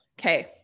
Okay